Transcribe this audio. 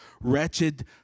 wretched